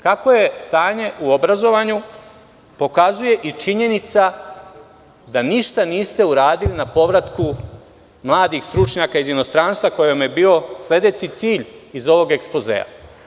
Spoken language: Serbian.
Kakvo je stanje u obrazovanju pokazuje i činjenica da ništa niste uradili na povratku mladih stručnjaka iz inostranstva, a to vam je bio sledeći cilj iz ovog ekspozea.